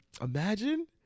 imagine